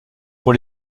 pour